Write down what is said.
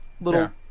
little